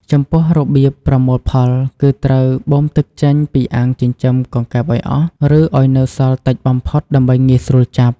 ចំពោះរបៀបប្រមូលផល គឺត្រូវបូមទឹកចេញពីអាងចិញ្ចឹមកង្កែបឲ្យអស់ ឬឲ្យនៅសល់តិចបំផុតដើម្បីងាយស្រួលចាប់។